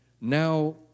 Now